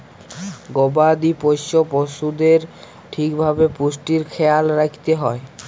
গবাদি পশ্য পশুদের ঠিক ভাবে পুষ্টির খ্যায়াল রাইখতে হ্যয়